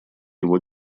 его